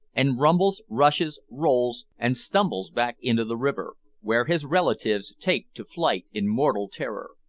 and rumbles, rushes, rolls, and stumbles back into the river, where his relatives take to flight in mortal terror.